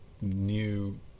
new